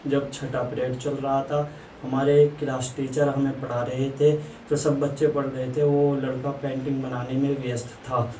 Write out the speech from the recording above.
جب چھٹا پریئڈ چل رہا تھا ہمارے کلاس ٹیچر ہمیں پڑھا رہے تھے تو سب بچے پڑھ رہے تھے وہ لڑکا پینٹنگ بنانے میں ویستھ تھا